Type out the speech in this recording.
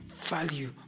value